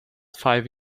five